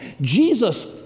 Jesus